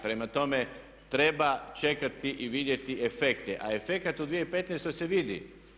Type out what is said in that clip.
Prema tome, treba čekati i vidjeti efekte, a efekat u 2015. se vidi.